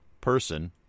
person